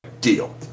deal